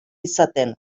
izaten